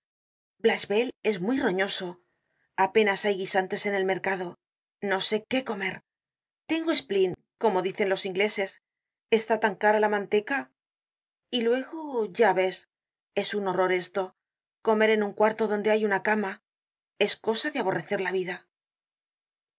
blachevelle es muy roñoso apenas hay guisantes en el mercado no sé qué comer tengo spleen como dicen los ingleses está tan cara la manteca y luego ya ves es un horror esto comer en un cuarto donde hay una cama es cosa de aborrecer la vida